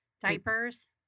diapers